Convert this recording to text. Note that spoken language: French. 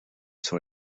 sur